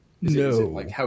No